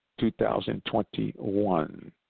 2021